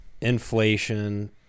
inflation